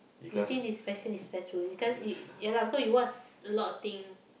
you think depression is ya lah because you watch a lot of thing